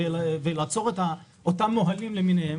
לעצור את אותם מוהלים למיניהם,